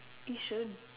Yishun